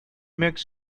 make